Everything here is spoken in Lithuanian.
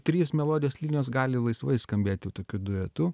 trys melodijos linijos gali laisvai skambėti tokiu duetu